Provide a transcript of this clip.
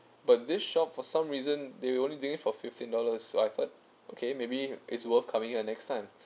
but this shop for some reason they only doing for fifteen dollars so I felt okay maybe it's worth coming ah next time